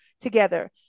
together